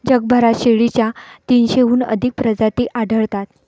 जगभरात शेळीच्या तीनशेहून अधिक प्रजाती आढळतात